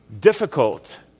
difficult